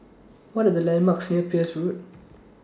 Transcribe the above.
What Are The landmarks near Peirce Road